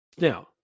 Now